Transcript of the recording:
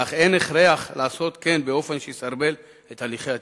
אך אין הכרח לעשות כן באופן שיסרבל את הליכי התכנון.